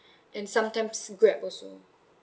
and sometimes grab also